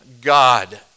God